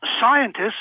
scientists